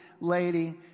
lady